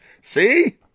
See